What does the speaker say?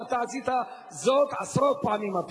ואפילו אתה עשית זאת עשרות פעמים.